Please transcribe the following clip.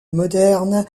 moderne